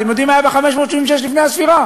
אתם יודעים מה היה ב-586 לפני הספירה?